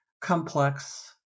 complex